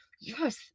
yes